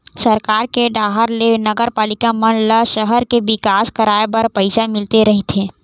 सरकार के डाहर ले नगरपालिका मन ल सहर के बिकास कराय बर पइसा मिलते रहिथे